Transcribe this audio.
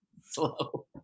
slow